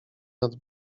nad